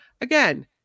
Again